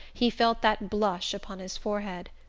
he felt that blush upon his forehead.